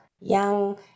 young